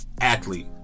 athlete